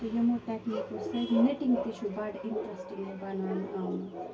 تہٕ یِمو ٹیٚکنیٖکو سۭتۍ نِٹِنٛگ تہِ چھِ بَڑٕ اِنٛٹرٛسٹِنٛگ بَناونہٕ آمُت